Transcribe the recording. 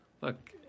Look